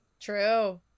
true